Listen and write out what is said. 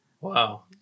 wow